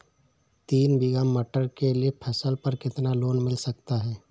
तीन बीघा मटर के लिए फसल पर कितना लोन मिल सकता है?